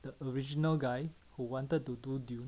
the original guy who wanted to do dune